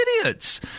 idiots